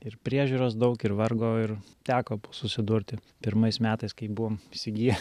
ir priežiūros daug ir vargo ir teko susidurti pirmais metais kai buvom įsigiję